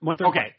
Okay